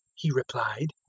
he replied.